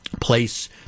place